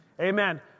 Amen